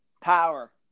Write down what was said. Power